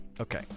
Okay